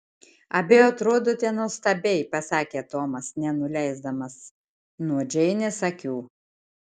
abi atrodote nuostabiai pasakė tomas nenuleisdamas nuo džeinės akių